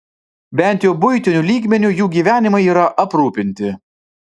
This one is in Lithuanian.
bent jau buitiniu lygmeniu jų gyvenimai yra aprūpinti